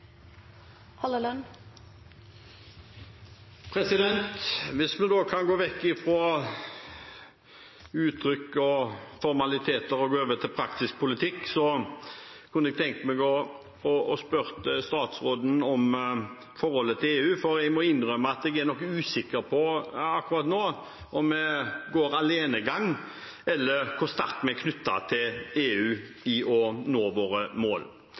Hvis vi kan gå vekk fra uttrykk og formaliteter og gå over til praktisk politikk, kunne jeg tenke meg å spørre statsråden om forholdet til EU, for jeg må innrømme at jeg akkurat nå er noe usikker på om vi går en alenegang, eller hvor sterkt vi er knyttet til EU når det gjelder å nå våre mål.